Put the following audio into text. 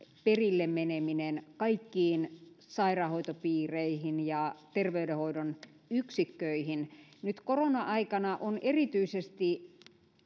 perille meneminen kaikkiin sairaanhoitopiireihin ja terveydenhoidon yksikköihin nyt korona aikana on erityisesti